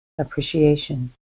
appreciation